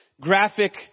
graphic